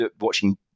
watching